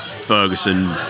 Ferguson